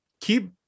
keep